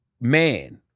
man